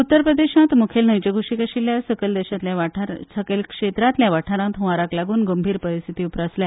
उत्तर प्रदेशांत मुखेल न्हंयेच्या कुशीक आशिल्ल्या सकल क्षेत्रांतल्या वाठारांत हंवाराक लागून गंभीर परिस्थिती उपरासल्या